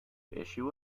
issue